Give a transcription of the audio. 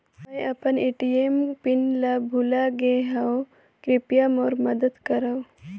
मैं अपन ATM pin ल भुला गे हवों, कृपया मोर मदद करव